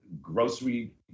grocery